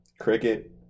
cricket